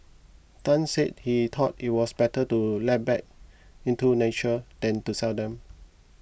Tan said he thought it was better to let back into nature than to sell them